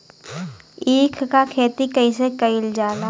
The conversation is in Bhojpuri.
ईख क खेती कइसे कइल जाला?